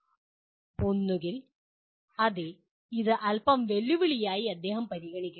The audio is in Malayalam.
ഒന്നുകിൽ അതെ ഇത് അൽപ്പം വെല്ലുവിളിയായി അദ്ദേഹം പരിഗണിക്കുന്നു